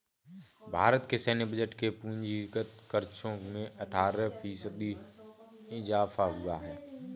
भारत के सैन्य बजट के पूंजीगत खर्चो में अट्ठारह फ़ीसदी इज़ाफ़ा हुआ है